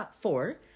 Four